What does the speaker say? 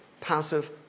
passive